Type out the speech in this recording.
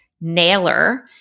nailer